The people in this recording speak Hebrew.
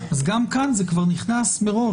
גם כאן זה מוכנס מראש.